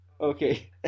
Okay